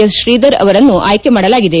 S Sridhar ಅವರನ್ನು ಆಯ್ಲಿ ಮಾಡಲಾಗಿದೆ